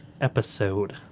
episode